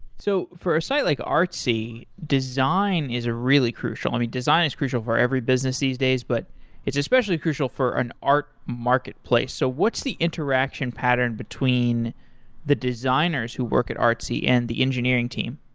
so for a site like artsy, design is a really crucial. um design is crucial for every business these days, but it's especially crucial for an art marketplace. so what's the interaction pattern between the designers who work at artsy and the engineering team?